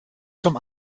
zum